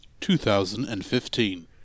2015